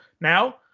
Now